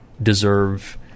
deserve